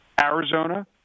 Arizona